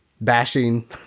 bashing